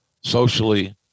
socially